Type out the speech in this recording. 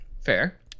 Fair